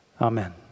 Amen